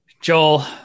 Joel –